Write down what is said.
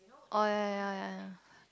oh ya ya ya ya